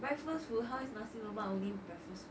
breakfast food how is nasi lemak only breakfast food